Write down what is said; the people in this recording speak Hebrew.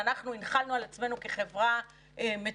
האם דין מחוז ירושלים הוא דין מחוז אחר,